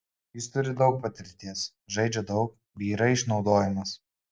jis turi daug patirties žaidžia daug bei yra išnaudojamas